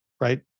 right